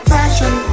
Fashion